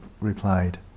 replied